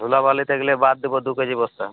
ধুলো বালি থাকলে বাদ দেবো দু কেজি বস্তা